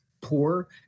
Poor